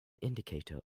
indicator